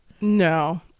No